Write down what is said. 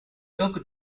welke